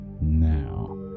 Now